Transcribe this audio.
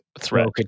threat